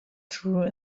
true